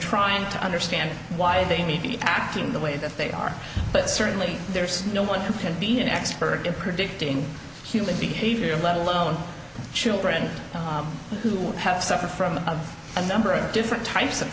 trying to understand why they may be acting the way that they are but certainly there's no one can be an expert at predicting human behavior let alone children who have suffered from a number of different types of